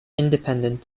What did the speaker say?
independent